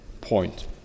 point